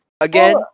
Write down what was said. again